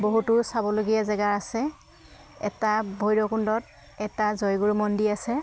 বহুতো চাবলগীয়া জেগা আছে এটা ভৈৰৱকুণ্ডত এটা জয়গুৰু মন্দিৰ আছে